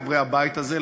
חברי הבית הזה,